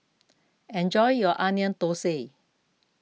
enjoy your Onion Thosai